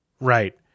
Right